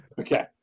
Okay